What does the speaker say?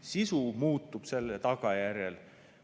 sisu muutub selle tagajärjel.